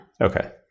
Okay